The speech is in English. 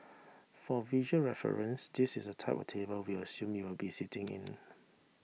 for visual reference this is the type of table we assume you will be sitting in